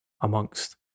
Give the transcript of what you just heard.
amongst